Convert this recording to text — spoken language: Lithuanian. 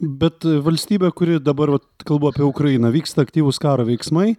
bet valstybė kuri dabar kalbu apie ukrainą vyksta aktyvūs karo veiksmai